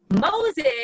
Moses